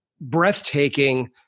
breathtaking